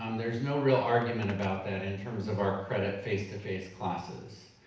um there's no real argument about that in terms of our credit face-to-face classes.